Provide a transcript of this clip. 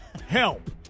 Help